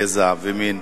גזע ומין.